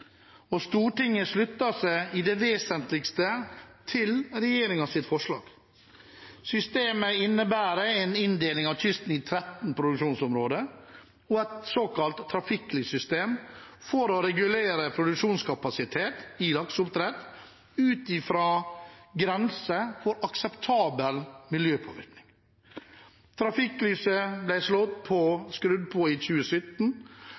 og Stortinget sluttet seg i det vesentligste til regjeringens forslag. Systemet innebærer en inndeling av kysten i 13 produksjonsområder og et såkalt trafikklyssystem for å regulere produksjonskapasitet i lakseoppdrett ut fra grense for akseptabel miljøpåvirkning. Trafikklyset ble skrudd på i 2017